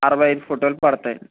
అరవై అయిదు ఫోటోలు పడతాయి